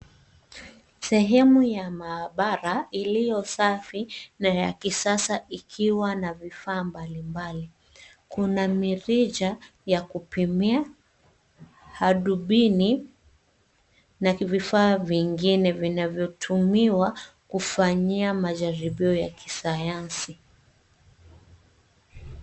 Sehemu ya maabara iliyo safi na ya kisasa ikiwa na vifaa mbalimbali. Kuna mirija ya kupimia, hadubini na vifaa vingine vinavyotumiwa kufanyia majaribio ya kisayansi.